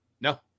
No